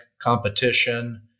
competition